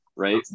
right